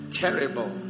terrible